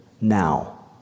now